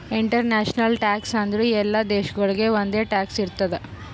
international tax ಅಂದುರ್ ಎಲ್ಲಾ ದೇಶಾಗೊಳಿಗ್ ಒಂದೆ ಟ್ಯಾಕ್ಸ್ ಇರ್ತುದ್